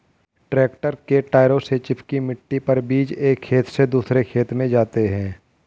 tractor के टायरों से चिपकी मिट्टी पर बीज एक खेत से दूसरे खेत में जाते है